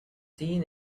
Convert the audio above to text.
seen